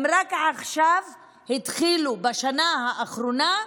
הם רק עכשיו התחילו, בשנה האחרונה,